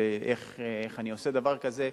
איך אני עושה דבר כזה,